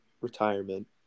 retirement